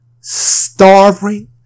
starving